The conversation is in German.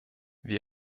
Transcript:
wir